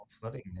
flooding